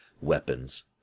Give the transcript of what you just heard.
weapons